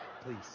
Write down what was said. Please